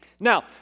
Now